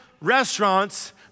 restaurants